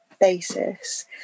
basis